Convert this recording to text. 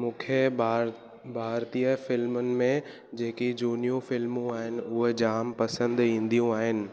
मूंखे भारत भारतीय फ़िल्मुनि में जेकी झूनियूं फ़िल्मूं आहिनि उहे जामु पसंदि ईंदियूं आहिनि